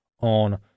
on